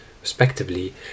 Respectively